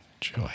joy